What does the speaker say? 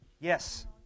Yes